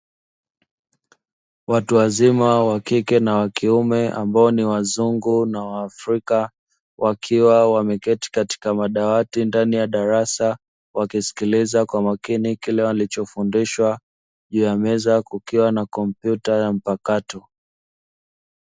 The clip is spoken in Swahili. Watu wazima wa kike na wa kiume ambao ni wazungu na waafrika wakiwa wameketi katika madawati ndani ya darasa wakisikiliza kwa makini kile walichofundishwa, juu ya meza kukiwa na kompyuta ya mpakato.